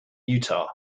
utah